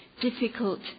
difficult